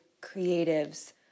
creatives